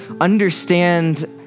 understand